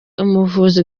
umuvuzi